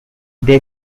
they